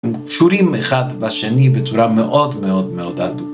קשורים אחד ושני בצורה מאוד מאוד מאוד הדוקה